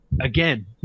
again